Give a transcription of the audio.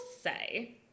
say